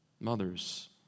mothers